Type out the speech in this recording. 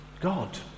God